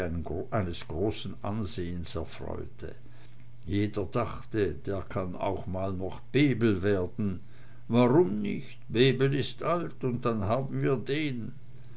eines großen ansehns erfreute jeder dachte der kann auch noch mal bebel werden warum nicht bebel is alt und dann haben wir den